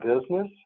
business